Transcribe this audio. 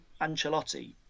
Ancelotti